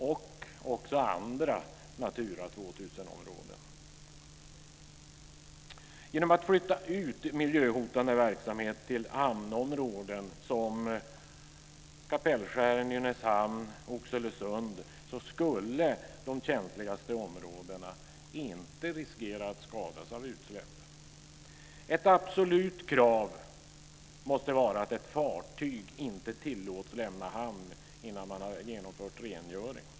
Det gäller också andra Genom att flytta ut miljöhotande verksamhet till andra områden som Kapellskär, Nynäshamn och Oxelösund skulle de känsligaste områdena inte riskera att skadas av utsläpp. Ett absolut krav måste vara att ett fartyg inte tillåts lämna hamn innan man har genomfört rengöring.